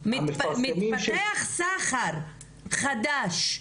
מתפתח סחר חדש.